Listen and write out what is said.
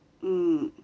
mm